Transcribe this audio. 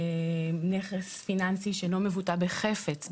נכס פיננסי שאינו מבוטא בחפץ".